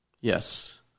Yes